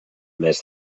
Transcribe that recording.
mes